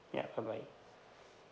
ya bye bye